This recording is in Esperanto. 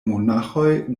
monaĥoj